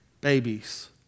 babies